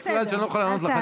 יש כלל שאני לא יכול לענות לך.